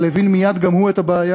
אבל הבין מייד גם הוא את הבעיה.